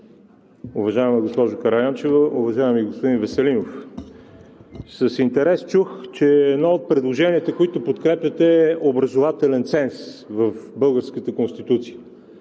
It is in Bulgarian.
Уважаема госпожо Караянчева! Уважаеми господин Веселинов, с интерес чух, че едно от предложенията, които подкрепяте, е образователен ценз в българската Конституция.